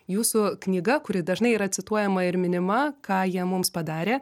jūsų knyga kuri dažnai yra cituojama ir minima ką jie mums padarė